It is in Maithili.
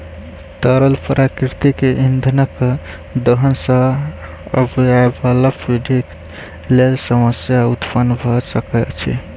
तरल प्राकृतिक इंधनक दोहन सॅ आबयबाला पीढ़ीक लेल समस्या उत्पन्न भ सकैत अछि